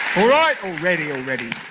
like already, already.